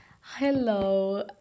Hello